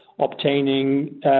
obtaining